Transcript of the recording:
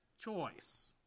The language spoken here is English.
choice